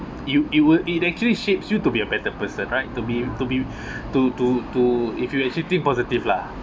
you you will it actually shapes you to be a better person right to be to be to to to if you actually think positive lah